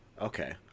okay